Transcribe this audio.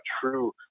true